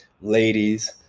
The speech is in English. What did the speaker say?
ladies